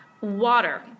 Water